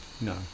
no